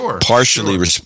partially